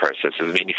processes